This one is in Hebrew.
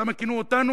למה כינו אותנו?